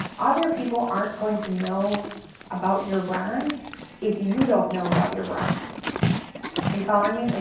other people aren't going to know about your brand if you don't know about your brand. are you following me? like